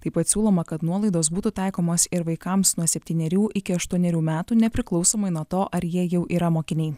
taip pat siūloma kad nuolaidos būtų taikomos ir vaikams nuo septynerių iki aštuonerių metų nepriklausomai nuo to ar jie jau yra mokiniai